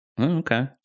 okay